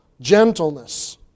gentleness